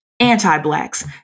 Anti-blacks